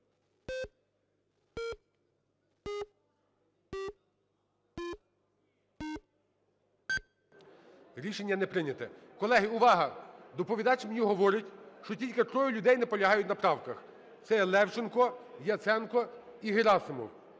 Рішення не прийнято. Колеги, увага! Доповідач мені говорить, що тільки троє людей наполягають на правках. Це Левченко, Яценко і Герасимов.